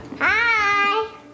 Hi